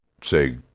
say